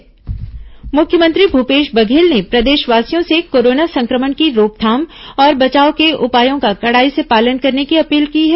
मुख्यमंत्री corona appeal मुख्यमंत्री भूपेश बघेल ने प्रदेशवासियों से कोरोना संक्रमण की रोकथाम और बचाव के उपायों का कड़ाई से पालन करने की अपील की है